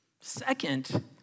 Second